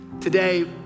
Today